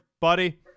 buddy